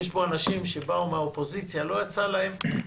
יש פה אנשים שבאו מהאופוזיציה או חברי